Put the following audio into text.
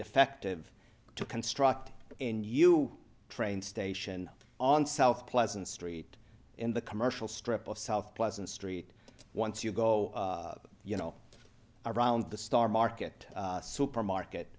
effective to construct in you train station on south pleasant street in the commercial strip of south pleasant street once you go you know around the star market supermarket